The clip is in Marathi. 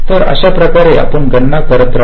तर अशाप्रकारे आपण गणना करत रहा